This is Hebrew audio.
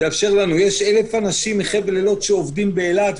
יש 1,000 אנשים מחבל אילות שעובדים באילת,